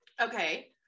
okay